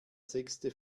sechste